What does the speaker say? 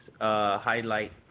highlight